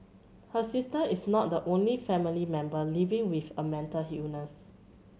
her sister is not the only family member living with a mental illness